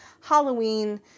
Halloween